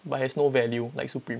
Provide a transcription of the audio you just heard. but has no value like supreme